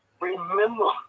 remember